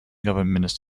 government